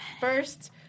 first